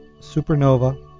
supernova